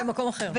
במקום אחר.